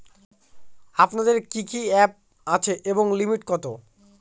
আপনাদের কি কি অ্যাপ আছে এবং লিমিট কত?